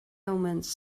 omens